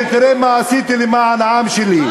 תלך לגוגל ותראה מה עשיתי למען העם שלי.